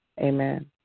Amen